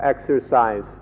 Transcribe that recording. exercise